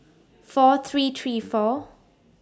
four three three four